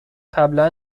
قبلا